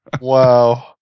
Wow